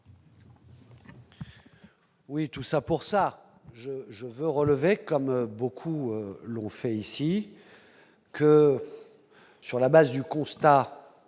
Oui, tout ça pour ça, je je veux relever, comme beaucoup l'ont fait ici que sur la base du constat,